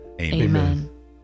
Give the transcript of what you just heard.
Amen